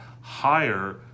higher